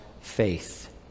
faith